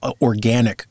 organic